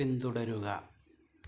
പിന്തുടരുക